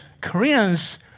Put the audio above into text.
Koreans